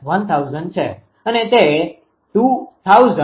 8−1000 છે અને તે 2556